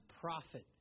prophet